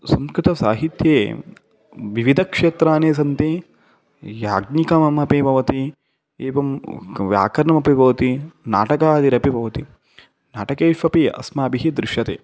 संस्कृतसाहित्ये विविधक्षेत्राणि सन्ति याज्ञिकमपि भवति एवं क् व्याकरणमपि भवति नाटकादिरपि भवति नाटकेष्वपि अस्माभिः दृश्यते